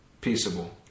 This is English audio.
peaceable